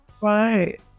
right